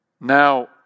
Now